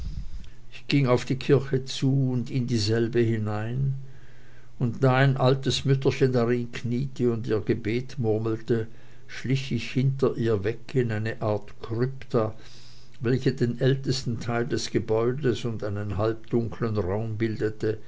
ich ging auf die kirche zu und in dieselbe hinein und da ein altes mütterchen darin kniete und ihr gebet murmelte schlich ich hinter ihr weg in eine art krypta welche den ältesten teil des gebäudes und einen halbdunklen raum bildete